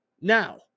Now